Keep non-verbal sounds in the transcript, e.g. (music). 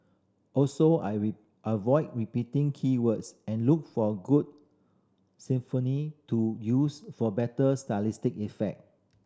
also I (unintelligible) I avoid repeating key words and look for good (unintelligible) to use for better stylistic effect